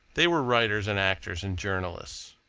they were writers and actors and journalists.